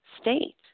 state